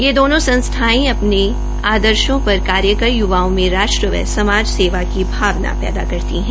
ये दोनों संस्थायें अपने आदर्शो पर कार्यकर युवाओं में राष्ट्र व समाज सेवा की भावना पैदा करती है